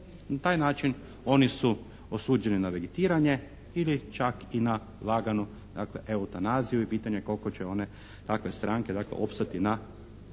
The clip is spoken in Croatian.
Na taj način oni su osuđeni na vegetiranje ili čak i na laganu dakle eutanaziju i pitanje koliko će one dakle stranke dakle opstati na političkom